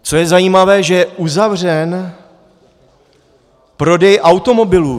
Co je zajímavé, že je uzavřen prodej automobilů.